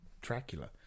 Dracula